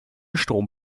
strom